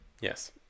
yes